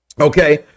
okay